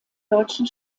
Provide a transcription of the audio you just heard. deutschen